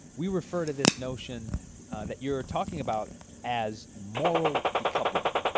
we refer to this notion that you're talking about as moral decoupling.